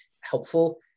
helpful